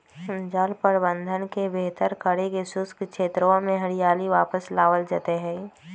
जल प्रबंधन के बेहतर करके शुष्क क्षेत्रवा में हरियाली वापस लावल जयते हई